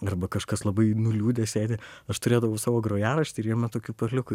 arba kažkas labai nuliūdęs sėdi aš turėdavau savo grojaraštį ir jame tokių perliukų